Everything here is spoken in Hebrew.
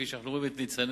כפי שאנו רואים את ניצניה,